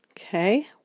Okay